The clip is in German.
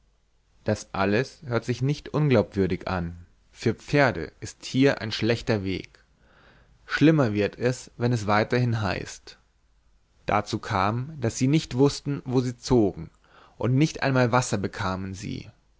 das alles hört sich nicht unglaubwürdig an für pferde ist hier ein schlechter weg schlimmer wird es wenn es weiterhin heißt dazu kam daß sie nicht wußten wo sie zogen und nicht einmal wasser bekamen sie